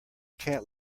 cat